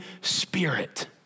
Spirit